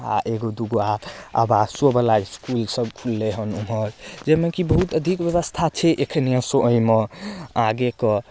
आओर एगो दूगो आर आवासोवला इसकुल सब खुललै हन उमहर जाहिमे की बहुत अधिक व्यवस्था छै एखने ओइमे आगेके